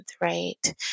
right